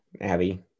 abby